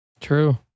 True